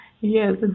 Yes